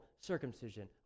circumcision